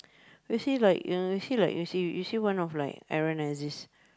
you see like you know you see like you see you see one of like Aaron-Aziz